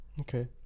okay